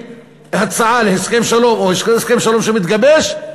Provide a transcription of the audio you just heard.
הצעה להסכם שלום או הסכם שלום שמתגבש,